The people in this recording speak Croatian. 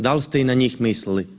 Da li ste i na njih mislili?